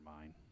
mind